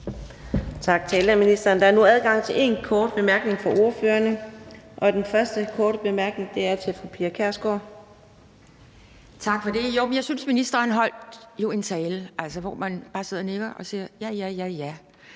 Tak til ældreministeren. Der er nu adgang til en kort bemærkning fra hver af ordførerne, og den første korte bemærkning er fra fru Pia Kjærsgaard. Kl. 15:00 Pia Kjærsgaard (DF): Tak for det. Jeg synes, ministeren holdt en tale, hvor man bare sidder og nikker og siger ja, ja, ja.